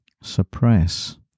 suppress